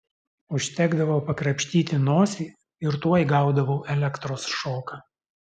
užtekdavo pakrapštyti nosį ir tuoj gaudavau elektros šoką